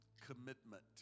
commitment